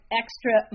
extra